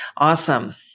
Awesome